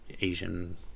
Asian